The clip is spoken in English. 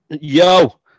Yo